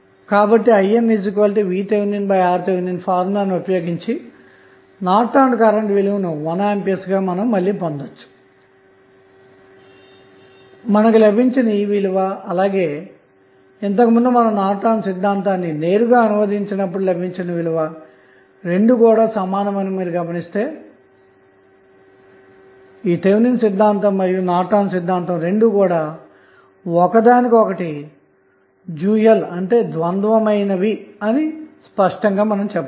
కాబట్టి INVThRTh అనే ఫార్ములాను ఉపయోగించినార్టన్ కరెంట్ విలువను 1A గా మళ్ళీ పొందుతామన్నమాట ఈ విలువా అలాగే మనం ఇంతకుముందు నార్టన్ సిద్ధాంతాన్ని నేరుగా అనువదించినప్పుడు లభించిన విలువ రెండు సమానమని గమనిస్తే మనం థెవెనిన్ సిద్ధాంతం మరియు నార్టన్ సిద్ధాంతం రెండూ ఒకదానికొకటి ద్వంద్వ మైనవి అని చెప్పవచ్చు